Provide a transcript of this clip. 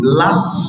last